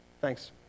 Thanks